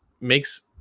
makes